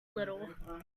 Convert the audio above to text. little